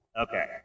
Okay